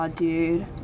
dude